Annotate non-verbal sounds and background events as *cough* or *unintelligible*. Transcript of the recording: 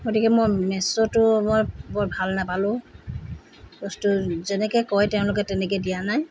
গতিকে মই মিশ্ব'টো *unintelligible* বৰ ভাল নাপালোঁ বস্তু যেনেকৈ কয় তেওঁলোকে তেনেকৈ দিয়া নাই